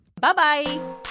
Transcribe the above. Bye-bye